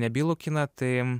nebylų kiną tai